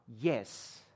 yes